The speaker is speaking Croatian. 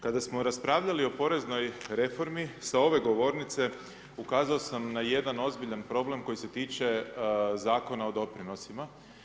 Kada smo raspravljali o Poreznoj reformi, sa ove govornice ukazao sam na jedan ozbiljan problem koji se tiče Zakona o doprinosima.